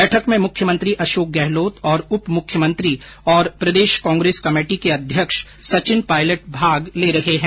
बैठक में मुख्यमंत्री अशोक गहलोत और उप मुख्यमंत्री और प्रदेश कांग्रेस कमेटी के अध्यक्ष सचिन पायलट भाग ले रहे है